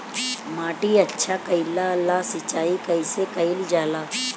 माटी अच्छा कइला ला सिंचाई कइसे कइल जाला?